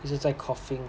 一直在 coughing